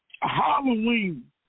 Halloween